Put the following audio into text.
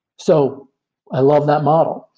so i love that model,